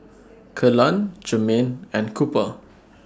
Kellan Germaine and Cooper